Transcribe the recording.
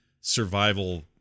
survival